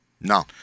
No